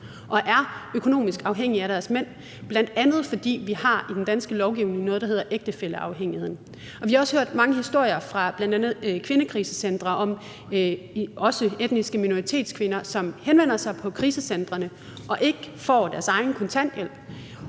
og er økonomisk afhængige af deres mænd, bl.a. fordi vi i den danske lovgivning har noget, der hedder ægtefælleafhængighed. Vi har også hørt mange historier fra bl.a. kvindekrisecentre om etniske minoritetskvinder, som henvender sig på krisecentrene og ikke får deres egen kontanthjælp,